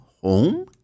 home